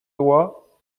diois